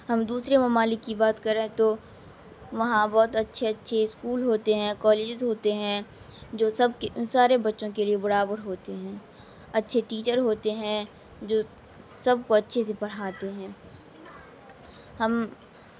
ہم دوسرے ممالک کی بات کریں تو وہاں بہت اچھے اچھے اسکول ہوتے ہیں کالجز ہوتے ہیں جو سب کے ان سارے بچوں کے لیے برابر ہوتے ہیں اچھے ٹیچر ہوتے ہیں جو سب کو اچھے سے پڑھاتے ہیں ہم